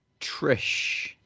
Trish